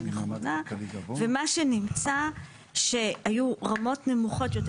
ומה שנמצא שהיו רמות נמוכות יותר,